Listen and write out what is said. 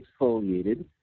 exfoliated